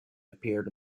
appeared